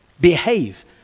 Behave